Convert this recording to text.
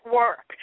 work